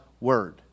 Word